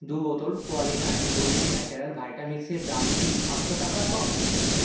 দু বোতল Qualinut gourmet natural vita মিক্সের দাম কি আটশো টাকার কম